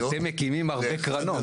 אתם מקימים הרבה קרנות.